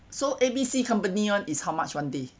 so A B C company [one] is how much one day